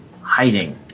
hiding